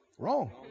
wrong